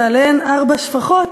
ומתוכן שתי שפחות,